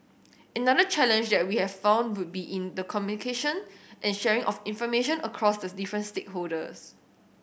another challenge that we have found would be in communication and sharing of information across the different stakeholders